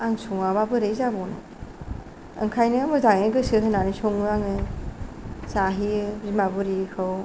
आं सङाब्ला बोरै जाबावनो ओंखायनो मोजाङै गोसो होनानै सङो आङो जाहोयो बिमा बुरिखौ